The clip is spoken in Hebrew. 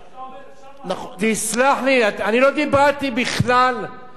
תסלח לי, אני לא דיברתי בכלל על הברית החדשה.